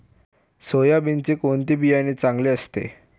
सोयाबीनचे कोणते बियाणे चांगले असते?